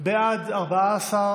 בעד סמי אבו שחאדה,